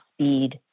speed